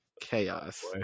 chaos